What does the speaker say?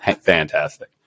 Fantastic